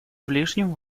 ближнем